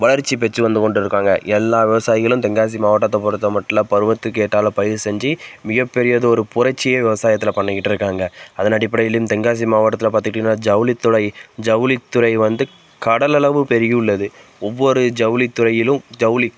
வளர்ச்சி பெற்று வந்து கொண்டிருக்காங்க எல்லா விவசாயிகளும் தென்காசி மாவட்டத்தைப் பொருத்தமட்டில் பருவத்துக்கு ஏற்றாபுல பயிர் செஞ்சு மிகப்பெரியதொரு புரட்சியே விவசாயத்தில் பண்ணிக்கிட்டு இருக்காங்க அதன் அடிப்படையிலும் தென்காசி மாவட்டத்தில் பார்த்துக்கிட்டீங்கனா ஜவுளித்துறை ஜவுளித்துறை வந்து கடலளவு பெருகியுள்ளது ஒவ்வொரு ஜவுளித்துறையிலும் ஜவுளி